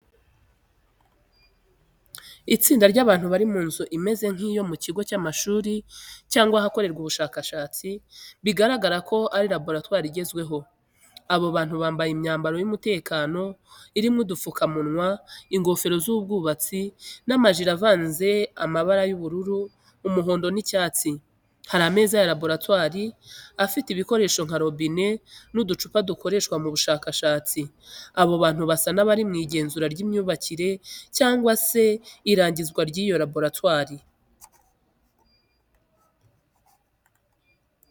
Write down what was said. Itsinda ry’abantu bari mu nzu imeze nk’iyo mu kigo cy’amashuri cyangwa ahakorerwa ubushakashatsi, bigaragara ko ari laboratwari igezweho. Abo bantu bambaye imyambaro y’umutekano irimo udupfukamunwa, ingofero z’abubatsi, n’amajire ivanze amabara y’ubururu, umuhondo n’icyatsi. Hari ameza ya laboratwari afite ibikoresho nka robine n’uducupa dukoreshwa mu bushakashatsi. Abo bantu basa n’abari mu igenzura ry’imyubakire cyangwa irangizwa ry’iyo laboratwari.